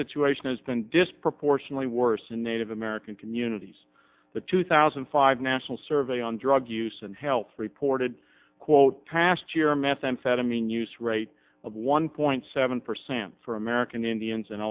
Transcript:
situation has been disproportionately worse in native american communities the two thousand and five national survey on drug use and health reported quote past year methamphetamine use rate of one point seven percent for american indians